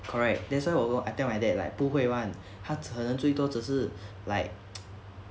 correct that's why 我跟我 I tell my dad like 不会 [one] 他只能最多只是 like